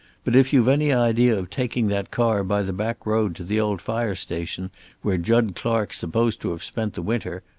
but if you've any idea of taking that car by the back road to the old fire station where jud clark's supposed to have spent the winter,